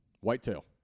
Whitetail